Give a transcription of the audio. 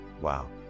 wow